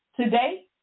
Today